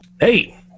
Hey